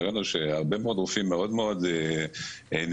הראינו שהרבה רופאים מאוד מאוד נרתעים